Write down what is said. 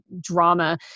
drama